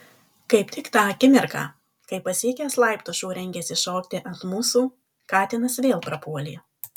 kaip tik tą akimirką kai pasiekęs laiptus šuo rengėsi šokti ant mūsų katinas vėl prapuolė